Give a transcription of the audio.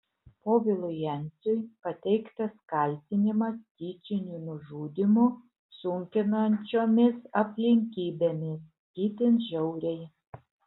povilui jenciui pateiktas kaltinimas tyčiniu nužudymu sunkinančiomis aplinkybėmis itin žiauriai